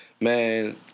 man